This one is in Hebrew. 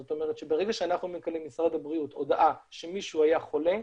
זאת אומרת שברגע שאנחנו מקבלים ממשרד הבריאות הודעה שמישהו היה חולה,